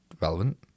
relevant